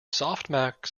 softmax